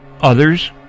others